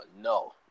no